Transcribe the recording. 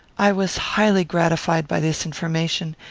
i was highly gratified by this information,